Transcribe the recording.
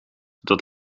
dat